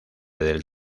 del